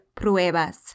pruebas